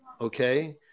Okay